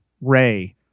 Ray